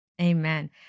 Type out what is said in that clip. Amen